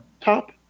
top